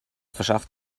verschaff